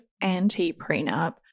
anti-prenup